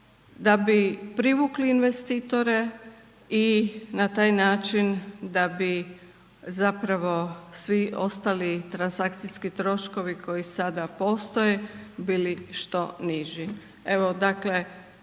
da bi privukli investitore i na taj način da bi zapravo svi ostali transakcijski troškovi koji sada postoje bili što niži. Evo dakle,